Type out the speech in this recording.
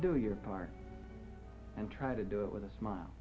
do your part and try to do it with a smile